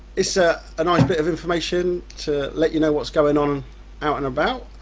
it's a ah nice bit of information to let you know what's going on out and about.